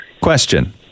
Question